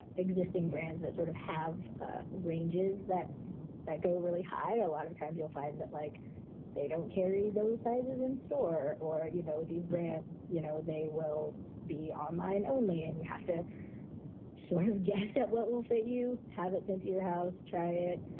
existing brands that sort of have ah ranges that that go really high, a lot of time you'll find that like they don't carry those sizes in store or, you know, these brands, you know, they will be online only. and you have to sort of guess at what will set you habits into your house. try it.